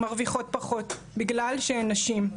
מרוויחות פחות בגלל שהן נשים,